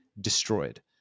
destroyed